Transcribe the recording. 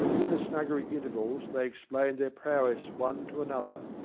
in the snuggery intervals they explained their prowess one to another,